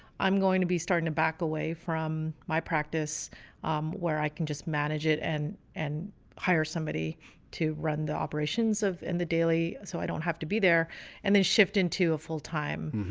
i'm going to be starting to back away from my practice where i can just manage it and and hire somebody to run the operations of and the daily so i don't have to be there and then shift into a full time